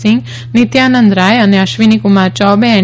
સિંહ નિત્યાનંદ રાય અને અશ્વિનીકુમાર ચૌબે એન